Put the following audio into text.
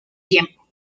tiempo